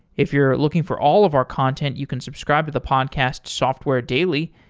if you're looking for all of our content, you can subscribe to the podcast, software daily.